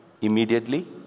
immediately